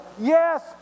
yes